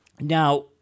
now